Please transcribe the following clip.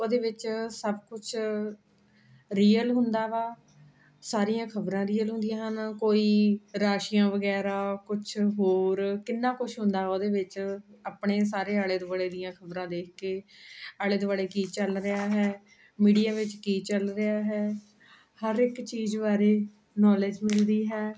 ਉਹਦੇ ਵਿੱਚ ਸਭ ਕੁਛ ਰੀਅਲ ਹੁੰਦਾ ਵਾ ਸਾਰੀਆਂ ਖਬਰਾਂ ਰੀਅਲ ਹੁੰਦੀਆਂ ਹਨ ਕੋਈ ਰਾਸ਼ੀਆਂ ਵਗੈਰਾ ਕੁਝ ਹੋਰ ਕਿੰਨਾ ਕੁਛ ਹੁੰਦਾ ਉਹਦੇ ਵਿੱਚ ਆਪਣੇ ਸਾਰੇ ਆਲੇ ਦੁਆਲੇ ਦੀਆਂ ਖਬਰਾਂ ਦੇਖ ਕੇ ਆਲੇ ਦੁਆਲੇ ਕੀ ਚੱਲ ਰਿਹਾ ਹੈ ਮੀਡੀਆ ਵਿੱਚ ਕੀ ਚੱਲ ਰਿਹਾ ਹੈ ਹਰ ਇੱਕ ਚੀਜ਼ ਬਾਰੇ ਨੌਲੇਜ ਮਿਲਦੀ ਹੈ